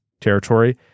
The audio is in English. territory